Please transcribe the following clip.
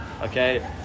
Okay